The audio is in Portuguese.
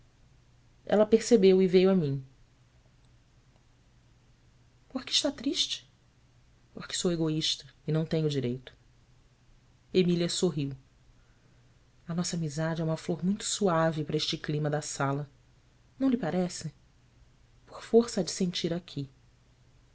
ela percebeu e veio a mim or que está triste orque sou egoísta e não tenho o direito emília sorriu nossa amizade é uma flor muito suave para este clima da sala não lhe parece por força há de sentir aqui